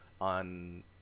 on